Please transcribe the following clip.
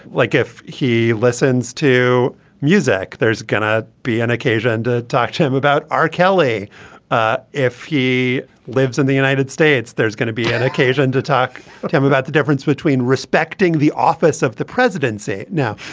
like if he listens to music there's going to be an occasion to talk to him about r. kelly ah if he lives in the united states there's gonna be an occasion to talk but to him about the difference between respecting the office of the presidency now.